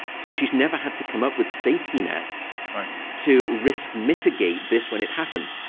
so she's never had to come up with safety nets to risk mitigate this when it happens.